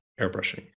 airbrushing